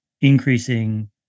increasing